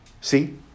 See